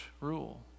rule